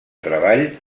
treball